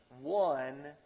one